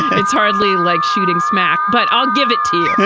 it's hardly like shooting smack, but i'll give it to you.